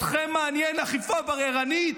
אתכם מעניינת אכיפה בררנית?